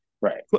Right